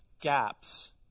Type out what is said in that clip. gaps